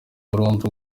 burundi